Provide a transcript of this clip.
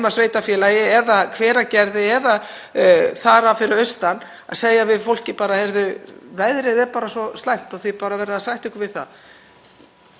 Þetta er þróunin og þá verðum við að reyna að finna allar leiðir til að halda þessum mikilvægu